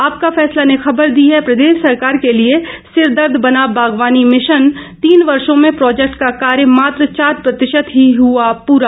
आपका फैसला ने खबर दी है प्रदेश सरकार के लिए सिरदर्द बना बागबानी मिशन तीन वर्षो में प्रोजेक्ट का कार्य मात्र चार प्रतिशत ही हुआ पूरा